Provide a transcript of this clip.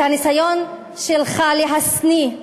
את הניסיון שלך להשניא,